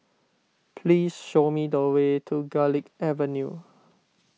please show me the way to Garlick Avenue